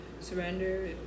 Surrender